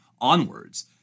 onwards